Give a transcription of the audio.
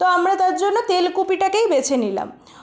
তো আমরা তার জন্য তেলকুপিটাকেই বেছে নিলাম